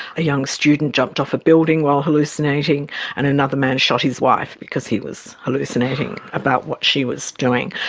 a young student jumped off a building while hallucinating and another man shot his wife because he was hallucinating about what she was doing.